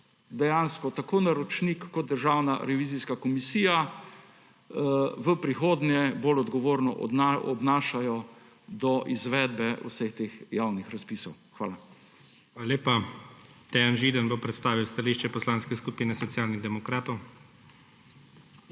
da se tako naročnik kot Državna revizijska komisija v prihodnje bolj odgovorno obnašajo do izvedbe vseh teh javnih razpisov. Hvala. **PREDSEDNIK IGOR ZORČIČ:** Hvala lepa. Dejan Židan bo predstavil stališče Poslanske skupine Socialnih demokratov.